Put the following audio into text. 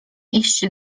iść